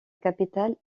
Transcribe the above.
capitale